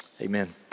Amen